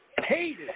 Hated